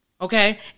Okay